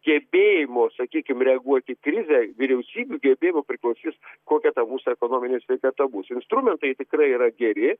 gebėjimo sakykim reaguoti į krizę vyriausybių gebėjimu priklausys kokia ta mūsų ekonominė sveikata bus instrumentai tikrai yra geri